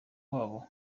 wabo